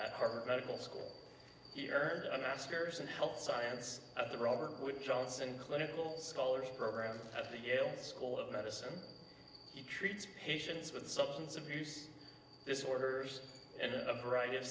at harvard medical school here a masters in health science at the robert wood johnson clinical scholars program at the yale school of medicine he treats patients with substance abuse disorders and a variety of